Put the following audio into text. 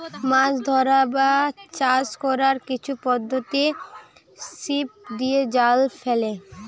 মাছ ধরার বা চাষ কোরার কিছু পদ্ধোতি ছিপ দিয়ে, জাল ফেলে